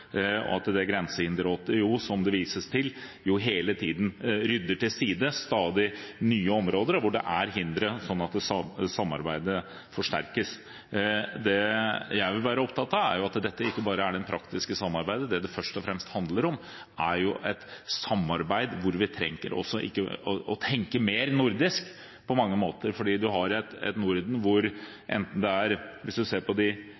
som redegjørelsen viser, og som jo er positivt, er hvor systematisk dette arbeidet går, og at Grensehinderrådet, som det vises til, hele tiden rydder til side stadig nye områder hvor det er hindre, slik at samarbeidet forsterkes. Det jeg vil være opptatt av, er at dette ikke bare er det praktiske samarbeidet; det det først og fremst handler om, er et samarbeid hvor vi trenger å tenke mer nordisk på mange måter. For vi har et Norden der landene kan være relativt små hvis man ser